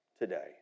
today